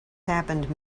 happened